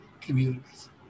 communities